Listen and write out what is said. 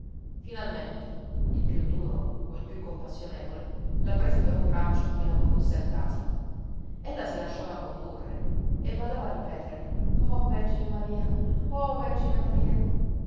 finalmente il più duro o il più compassionevole la prese per un braccio e la condusse a casa ella si lasciava condurre e badava a ripetere oh vergine maria oh vergine maria